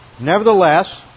Nevertheless